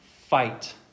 fight